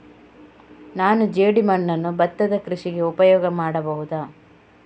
ನಾನು ಜೇಡಿಮಣ್ಣನ್ನು ಭತ್ತದ ಕೃಷಿಗೆ ಉಪಯೋಗ ಮಾಡಬಹುದಾ?